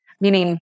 meaning